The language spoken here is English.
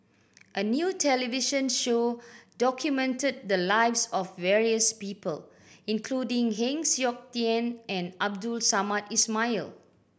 a new television show documented the lives of various people including Heng Siok Tian and Abdul Samad Ismail